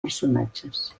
personatges